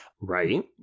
Right